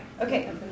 Okay